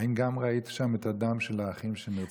האם גם ראית שם את הדם של האחים שנרצחו שם?